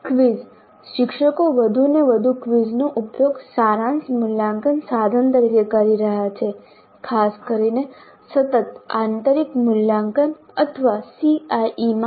quiz શિક્ષકો વધુને વધુ ક્વિઝનો ઉપયોગ સારાંશ મૂલ્યાંકન સાધન તરીકે કરી રહ્યા છે ખાસ કરીને સતત આંતરિક મૂલ્યાંકન અથવા CIE માં